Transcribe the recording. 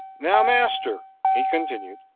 now master, he continued.